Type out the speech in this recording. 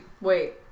wait